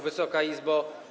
Wysoka Izbo!